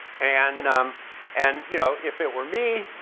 and um and you know if it were me,